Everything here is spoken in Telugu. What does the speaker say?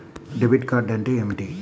డెబిట్ కార్డ్ అంటే ఏమిటి?